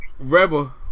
Rebel